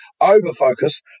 over-focus